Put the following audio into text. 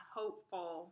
hopeful